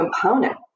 component